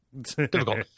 difficult